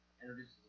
introduces